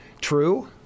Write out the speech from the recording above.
True